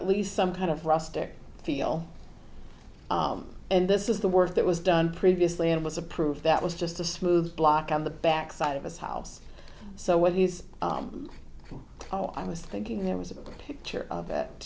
at least some kind of rustic feel and this is the work that was done previously and was approved that was just a smooth block on the back side of us house so when these all i was thinking there was a picture of it